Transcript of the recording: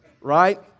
Right